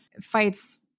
fights